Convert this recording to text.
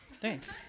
Thanks